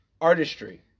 artistry